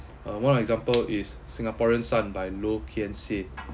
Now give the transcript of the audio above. uh one example is singaporean son by low kian seh